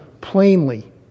plainly